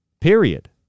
Period